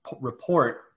report